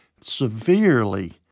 severely